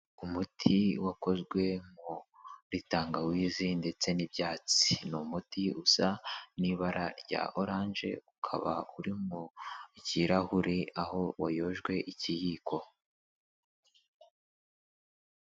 Umuti wakozwe muri tangawizi ndetse n'ibyatsi, ni umuti usa n'ibara rya oranje, ukaba uri mu kirahure aho wayojwe ikiyiko.